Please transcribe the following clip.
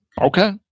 Okay